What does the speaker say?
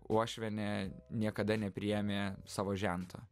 uošvienė niekada nepriėmė savo žento